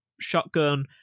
shotgun